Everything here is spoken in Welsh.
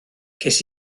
ces